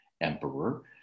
emperor